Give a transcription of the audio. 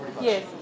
yes